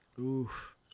Oof